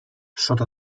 sota